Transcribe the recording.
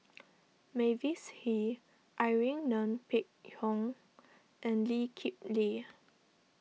Mavis Hee Irene Ng Phek Hoong and Lee Kip Lee